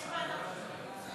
יש ועדת חינוך?